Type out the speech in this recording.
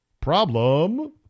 Problem